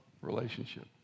relationship